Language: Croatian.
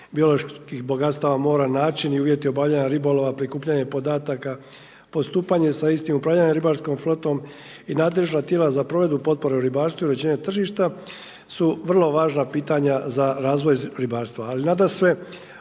bioloških bogatstava mora, način i uvjeti obavljanja ribolova, prikupljanje podataka, postupanje sa istim, upravljanje ribarskom flotom i nadležna tijela za provedbu potpore u ribarstvu i uređenje tržišta su vrlo važna pitanja za razvoj ribarstva.